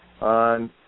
on